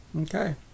Okay